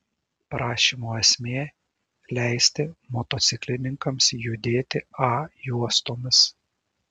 prašymo esmė leisti motociklininkams judėti a juostomis